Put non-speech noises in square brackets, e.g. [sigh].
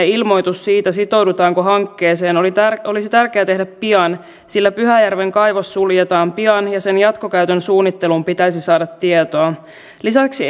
[unintelligible] ilmoitus siitä sitoudutaanko hankkeeseen olisi tärkeä tehdä pian sillä pyhäjärven kaivos suljetaan pian ja sen jatkokäytön suunnitteluun pitäisi saada tietoa lisäksi [unintelligible]